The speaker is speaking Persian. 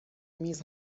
میز